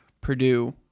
Purdue